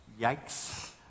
yikes